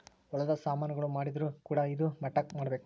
ಹೊಲದ ಸಾಮನ್ ಗಳು ಮಾಡಿದ್ರು ಕೂಡ ಇದಾ ಮಟ್ಟಕ್ ಮಾಡ್ಬೇಕು